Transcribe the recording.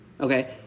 Okay